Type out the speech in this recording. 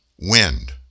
wind